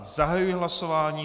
Zahajuji hlasování.